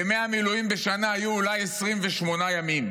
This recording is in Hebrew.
ימי המילואים בשנה היו אולי 28 ימים,